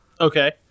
Okay